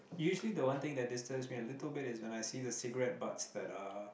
usually the one thing that disturbs me a little bit is when I see the cigarette butts that are